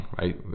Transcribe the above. right